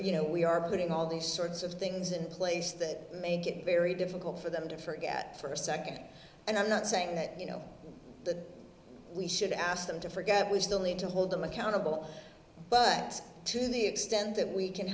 you know we are putting all these sorts of things in place that make it very difficult for them to forget for a second and i'm not saying that you know that we should ask them to forget we still need to hold them accountable but to the extent that we can